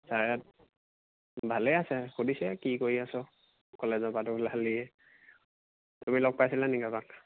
ছাৰহঁত ভালেই আছে সুধিছে কি কৰি আছ কলেজৰ পৰাতো ওলালিয়ে তুমি লগ পাইছিলানি কাৰোবাক